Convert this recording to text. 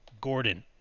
Gordon